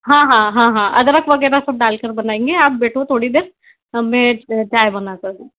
हाँ हाँ हाँ हाँ अदरक वगैरह सब डाल के बनाएंगे आप बैठो थोड़ी देर मैं चाय बना कर दूँ